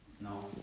No